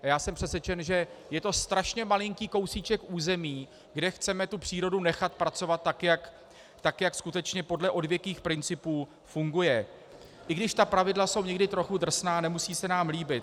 A já jsem přesvědčen, že je to strašně malinký kousíček území, kde chceme tu přírodu nechat pracovat tak, jak skutečně podle odvěkých principů funguje, i když ta pravidla jsou někdy trochu drsná a nemusí se nám líbit.